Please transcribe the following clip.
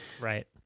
Right